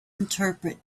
interpret